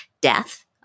death